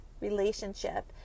relationship